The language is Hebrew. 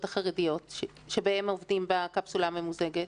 החרדיות שבהם עובדים בקפסולה הממוזגת?